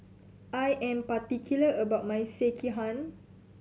I am particular about my Sekihan